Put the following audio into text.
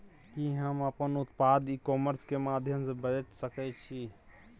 कि हम अपन उत्पाद ई कॉमर्स के माध्यम से बेच सकै छी?